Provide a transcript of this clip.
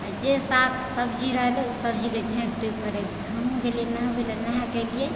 आओर जे साग सब्जी रहलै सब्जीके झाँपि तोपिके रखि देलियै हमहुँ गेलियै नहबे ले नहाके अयलियै